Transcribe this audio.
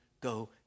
go